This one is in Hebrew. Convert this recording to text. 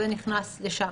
זה נכנס לשם.